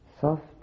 soft